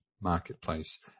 marketplace